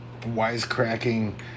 wisecracking